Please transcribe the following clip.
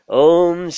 om